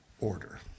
order